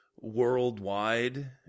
worldwide